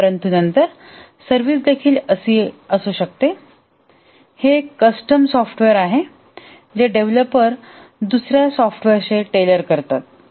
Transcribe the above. परंतु नंतर सर्विसदेखील अशी असू शकते हे एक कस्टम सॉफ्टवेअरआहे जे डेव्हलपर दुसर्या सॉफ़्ट्वेअर्सचे टेलर करतात